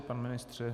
Pane ministře?